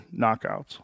knockouts